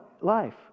life